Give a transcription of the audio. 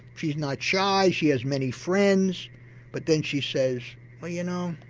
she's not shy, she has many friends but then she says well you know,